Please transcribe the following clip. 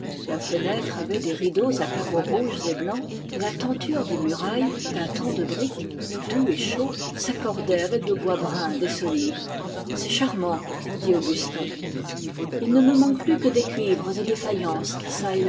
la fenêtre avait des rideaux à carreaux rouges et blancs et la tenture des murailles d'un ton de brique doux et chaud s'accordait avec le bois brun des solives c'est charmant dit augustin il ne me manque plus que des cuivres et